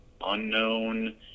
unknown